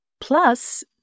Plus